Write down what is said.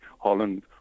Holland